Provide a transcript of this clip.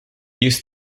used